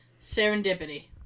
Serendipity